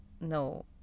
no